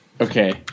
Okay